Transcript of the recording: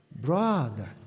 Brother